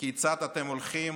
כיצד אתם הולכים